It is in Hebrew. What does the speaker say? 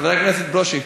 חבר הכנסת ברושי.